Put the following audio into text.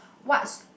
what's